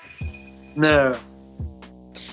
No